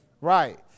Right